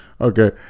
Okay